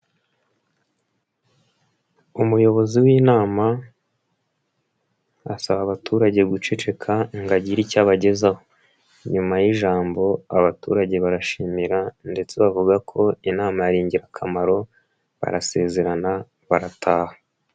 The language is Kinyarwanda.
Umuyobozi w'inama asaba abaturage guceceka ngo agire icyo abagezaho, nyuma y'ijambo abaturage barashimira, ndetse bavuga ko inama yari ingirakamaro, barasezerana barataha.